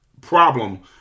problem